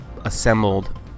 assembled